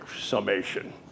summation